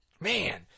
Man